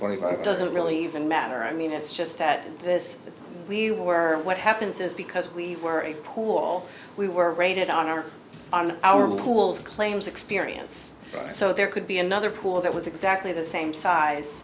five doesn't really even matter i mean it's just that in this we were what happens is because we were a pool we were rated on our on our pools claims experience so there could be another pool that was exactly the same size